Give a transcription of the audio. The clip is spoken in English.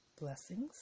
Blessings